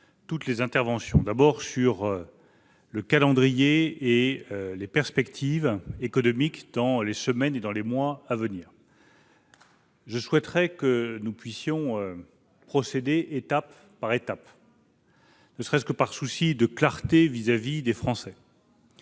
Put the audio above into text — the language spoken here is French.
Il s'agit tout d'abord du calendrier et des perspectives économiques dans les semaines et les mois à venir. Je souhaite que nous puissions procéder étape par étape, ne serait-ce que par souci de clarté vis-à-vis des Français.